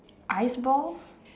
ice balls